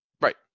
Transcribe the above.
Right